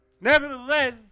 Nevertheless